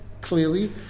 clearly